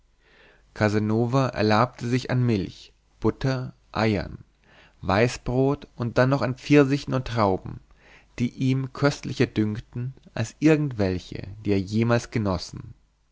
casanova erlabte sich an milch butter eiern weißbrot und dann noch an pfirsichen und trauben die ihm köstlicher dünkten als irgendwelche die er jemals genossen